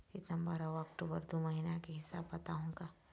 सितंबर अऊ अक्टूबर दू महीना के हिसाब बताहुं का?